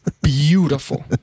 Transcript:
Beautiful